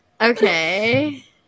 Okay